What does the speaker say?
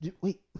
wait